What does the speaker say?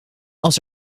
als